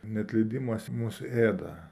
neatleidimas mus ėda